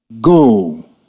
Go